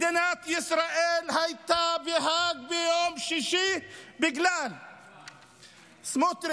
מדינת ישראל הייתה בהאג ביום שישי בגלל סמוטריץ',